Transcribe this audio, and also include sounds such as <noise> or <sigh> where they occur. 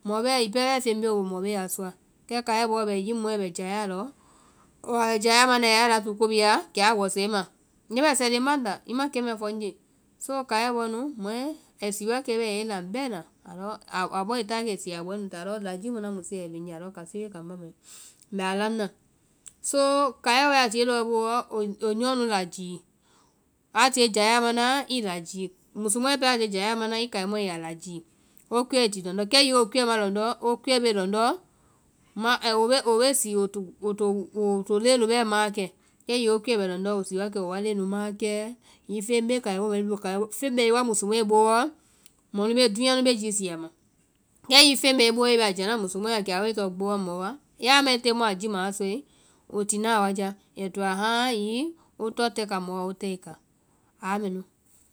Mɔ bɛɛ hiŋi pɛɛ bɛɛ feŋ bee wo boo mɔ be a sɔa. kɛ kaiɛ bɔɔ nu hiŋi mɔɛ bɛ jayaa lɔ, ɔɔ a bɛ jayaa mana i la ya latúu ko bhii ya kɛ a wɛsɛ i ma, leŋmɛsɛ léŋ ma ŋnda i ma kɛmɛɛ fɔ ŋnje. So kaiɛ bɔɔ nu ai sii wakɛ a yɛ i laŋ bɛna, <hesitation> a bɔɔ ai táa wakɛ ai sii a bɔɛ nu tina alɔ lajii mu ŋna musuɛ a bee ŋnye kase bee kambá mai, <noise> mbɛ a laŋ na. So kaiɛ wae a tie i boo wɔ, wo nyɔɔ nu lajii, a tie jayaa mana i lajii. musu mɔɛ pɛɛ a tie jayaa mana i kai mɔɛ i yaa lajii, wo kuɛ i ti lɔndɔ́, kɛ hiŋi wo kuɛ <hesitation> bee lɔndɔ́, <hesitation> wo bee sii wo to woa leŋɛ nu bɛɛ maãkɛ, kɛ hiŋi wo kuɛ bɛ lɔndɔ́, woi sii wakɛ wo woa leŋɛ nu maãkɛɛ, hiŋi feŋ bee kai mɔɛ <hesitation> feŋ bɛ i wa musu mɔɛ booɔ dúunya be jisii ama. kɛ hiŋi feŋ bɛ i booɔ i bɛ a jianaa musu mɔɛ la kɛ a wae tɔŋ gbowamɔɔ wa, ya a mae tée mu ma a jiimasɔa, wo tina a wa já ai toa haali hiŋi wotɔŋ tɛka mɔɔ wa wo tɛi ka, aa mɛnu.